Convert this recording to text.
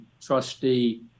trustee